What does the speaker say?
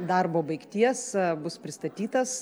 darbo baigties bus pristatytas